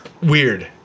Weird